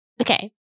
okay